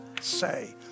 say